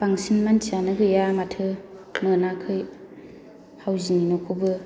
बांसिन मानसियानो गैया माथो मोनाखै हावजिंनि न'खौबो